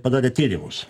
padarė tyrimus